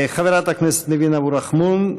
חברת הכנסת ניבין אבו רחמון,